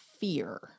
fear